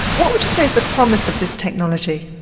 what would you say is the promise of this technology?